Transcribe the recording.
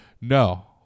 No